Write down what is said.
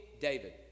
David